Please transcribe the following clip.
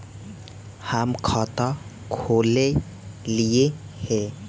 हम खाता खोलैलिये हे?